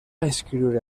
escriure